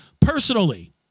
personally